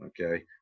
Okay